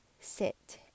sit